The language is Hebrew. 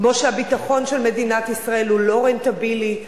כמו שהביטחון של מדינת ישראל הוא לא רנטבילי,